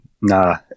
Nah